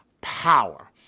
power